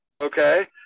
okay